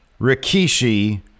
Rikishi